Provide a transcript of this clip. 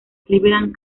cleveland